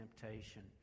temptation